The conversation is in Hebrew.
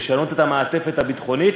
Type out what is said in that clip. לשנות את המעטפת הביטחונית,